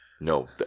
No